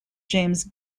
james